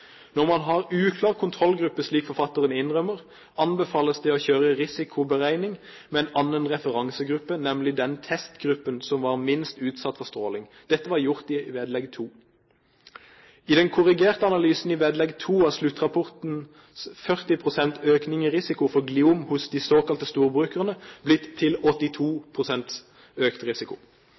Når man har en uklar kontrollgruppe, slik forfatteren innrømmer, anbefales det å kjøre risikoberegning med en annen referansegruppe, nemlig den testgruppen som var minst utsatt for stråling. Dette var gjort i vedlegg 2. I den korrigerte analysen i vedlegg 2 har sluttrapportens 40 pst. økning i risiko for gliom hos de såkalte storbrukerne blitt til 82 pst. økt risiko.